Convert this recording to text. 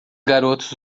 garotos